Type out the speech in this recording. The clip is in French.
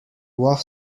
voir